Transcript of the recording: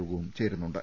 യോഗവും ചേരുന്നുണ്ട്